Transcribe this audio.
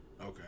Okay